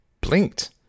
blinked